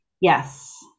yes